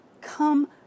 come